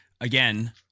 again